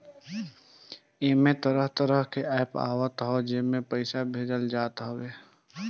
एमे तरह तरह के एप्प आवत हअ जवना से पईसा भेजल जात हवे